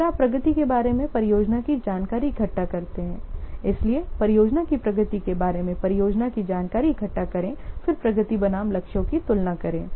फिर आप प्रगति के बारे में परियोजना की जानकारी इकट्ठा करते हैं इसलिए परियोजना की प्रगति के बारे में परियोजना की जानकारी इकट्ठा करेंफिर प्रगति बनाम लक्ष्यों की तुलना करें